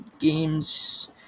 games